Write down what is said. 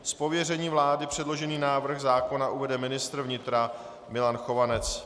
Z pověření vlády předložený návrh zákona uvede ministr vnitra Milan Chovanec.